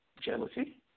jealousy